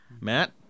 Matt